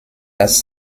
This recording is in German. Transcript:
das